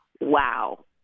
wow